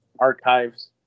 archives